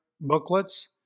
booklets